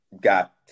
got